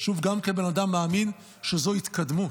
חושב, שוב, כבן אדם מאמין, שזו התקדמות,